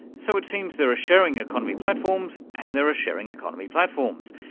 so, it seems there are sharing economy platforms and there are sharing economy platforms,